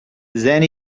then